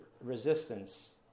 resistance